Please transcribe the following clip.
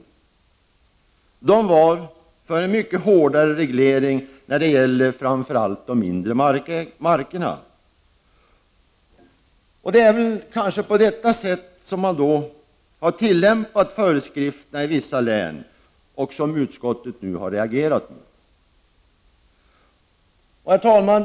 Förbundet var för en mycket hårdare reglering, framför allt när det gäller de mindre markerna, och det är kanske på det sättet som man har tillämpat föreskrifterna i vissa län, vilket utskottet nu har reagerat för. Herr talman!